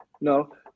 No